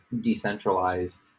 decentralized